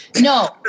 No